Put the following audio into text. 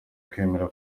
kwemera